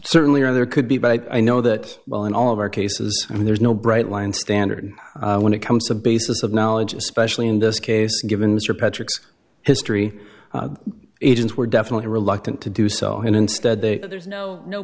certainly or there could be but i know that well in all of our cases i mean there's no bright line standard when it comes to basis of knowledge especially in this case given mr patrick history agents were definitely reluctant to do so and instead they there's no no